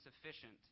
sufficient